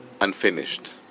unfinished